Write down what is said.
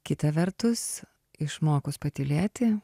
kita vertus išmokus patylėti